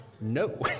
No